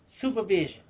supervision